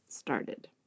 Started